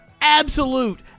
Absolute